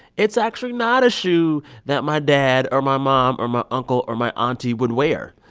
it's actually not a shoe that my dad or my mom or my uncle or my auntie would wear.